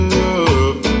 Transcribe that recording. love